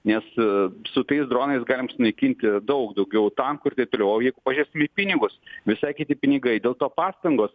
nes tais dronais galim sunaikinti daug daugiau tankų ir taip toliau o jeigu pažiūrėsim į pinigus visai kiti pinigai dėl to pastangos